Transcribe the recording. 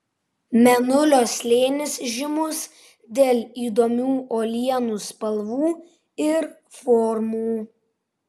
mėnulio slėnis žymus dėl įdomių uolienų spalvų ir formų